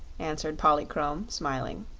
answered polychrome, smiling.